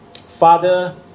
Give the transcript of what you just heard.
Father